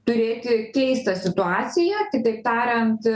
turėti keistą situaciją kitaip tariant